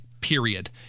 period